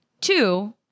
Two